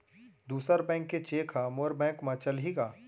दूसर बैंक के चेक ह मोर बैंक म चलही का?